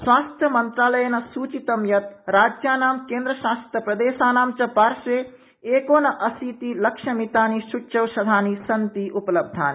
स्वास्थ्य मंत्रालयान्सारि राज्यानां केन्द्रशासितप्रदेशानाम् च पार्श्वे एकोनाशीतिलक्षमितानि सूच्यौषधानि सन्ति उपलब्धानि